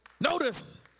Notice